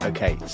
Okay